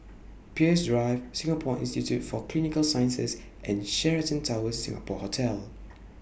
Peirce Drive Singapore Institute For Clinical Sciences and Sheraton Towers Singapore Hotel